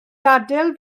gadael